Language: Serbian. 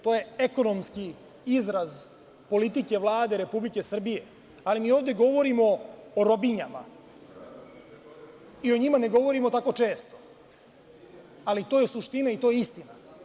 To je ekonomski izraz politike Vlade Republike Srbije, ali mi ovde govorimo o robinjama i o njima ne govorimo tako često, ali to je suština i to je istina.